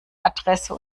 adresse